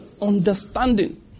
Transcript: Understanding